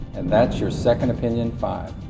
and that's your second opinion five.